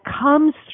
comes